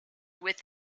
with